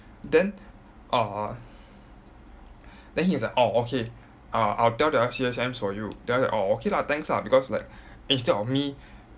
then uh then he was like orh okay uh I'll tell the C_S_Ms for you then after that orh okay lah thanks lah because like instead of me